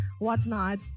whatnot